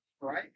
right